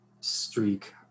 streak